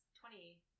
twenty